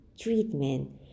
treatment